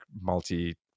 multi